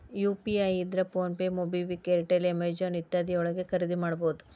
UPI ಇದ್ರ PhonePe MobiKwik Airtel Amazon ಇತ್ಯಾದಿ ಯೊಳಗ ಖರಿದಿಮಾಡಬಹುದು